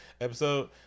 episode